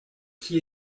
qui